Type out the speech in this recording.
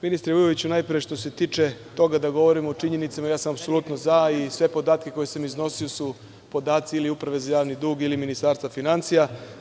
Ministre Vujoviću, najpre, što se tiče toga da govorimo o činjenicama, ja sam apsolutno za, i sve podatke koje sam iznosio su podaci ili Uprave za javni dug, ili Ministarstva finansija.